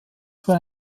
für